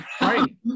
Right